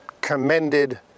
commended